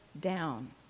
down